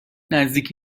نزدیک